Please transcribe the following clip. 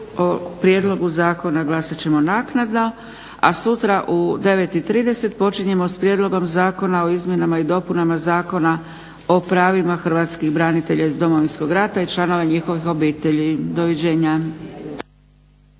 O prijedlogu zakona glasat ćemo naknadno, a sutra u 9 i 30 počinjemo s Prijedlogom zakona o izmjenama i dopunama Zakona o pravima hrvatskiH branitelja iz Domovinskog rata i članova njihovih obitelji. Doviđenja.